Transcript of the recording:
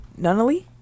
Nunnally